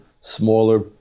smaller